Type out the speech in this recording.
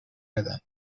بدم